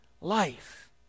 life